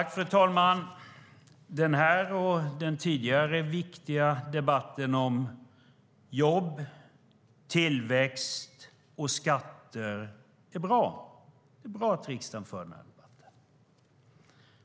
Fru talman! Den här och den tidigare viktiga debatten om jobb, tillväxt och skatter är bra. Det är bra att riksdagen för den.